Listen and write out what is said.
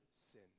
sin